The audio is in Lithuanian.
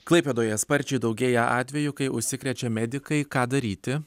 klaipėdoje sparčiai daugėja atvejų kai užsikrečia medikai ką daryti